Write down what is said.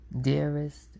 dearest